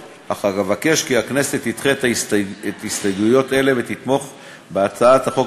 אך אבקש כי הכנסת תדחה הסתייגויות אלה ותתמוך בהצעת החוק